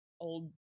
old